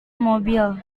mobil